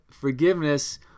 forgiveness